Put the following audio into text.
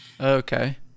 okay